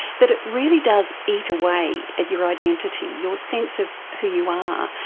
that it really does eat away at your identity, your sense of who you are,